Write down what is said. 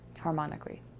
harmonically